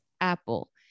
apple